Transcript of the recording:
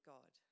God